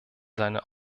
seine